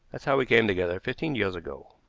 that's how we came together fifteen years ago.